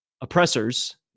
oppressors